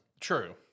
True